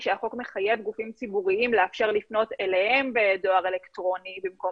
החוק מחייב גופים ציבוריים לאפשר לפנות אליהם בדואר אלקטרוני במקום